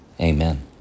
Amen